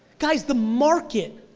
guys the market,